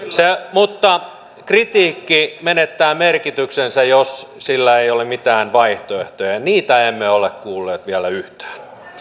mutta kritiikki menettää merkityksensä jos sillä ei ole mitään vaihtoehtoja ja niitä emme ole kuulleet vielä yhtään osa